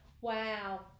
wow